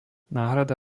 náhrada